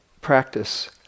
practice